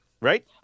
right